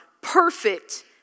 perfect